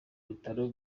bitaro